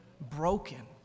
broken